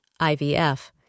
IVF